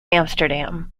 amsterdam